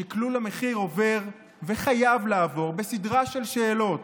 שקלול המחיר עובר וחייב לעבור בסדרה של שאלות: